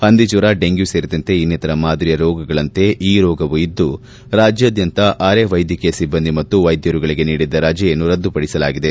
ಹಂದಿಜ್ವರ dengue ಸೇರಿದಂತೆ ಇನ್ನಿತರ ಮಾದರಿಯ ರೋಗಗಳಂತೆ ಈ ರೋಗವೂ ಇದ್ದು ರಾಜ್ಯಾದ್ಯಂತ ಅರೆ ವೈದ್ಯಕೀಯ ಸಿಬ್ಬಂದಿ ಮತ್ತು ವೈದ್ಯರುಗಳಿಗೆ ನೀಡಿದ್ದ ರಜೆಯನ್ನು ರದ್ದುಪಡಿಸಲಾಗಿದೆ